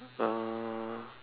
uh